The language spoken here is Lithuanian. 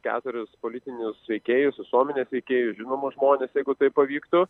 keturis politinius veikėjus visuomenės veikėjus žinomus žmones jeigu tai pavyktų